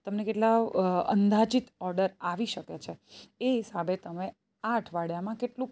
તમને કેટલા અંદાજીત ઓર્ડર આવી શકે છે એ હિસાબે તમે આ અઠવાડિયામાં કેટલુંક